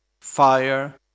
fire